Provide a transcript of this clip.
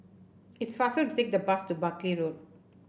it's faster to take the bus to Buckley Road